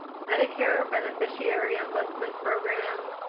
medicare beneficiary ombudsman program,